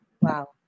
Wow